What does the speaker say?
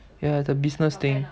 ya the business thing